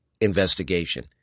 investigation